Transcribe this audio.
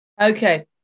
Okay